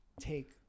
take